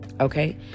okay